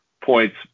points